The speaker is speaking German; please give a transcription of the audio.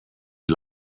die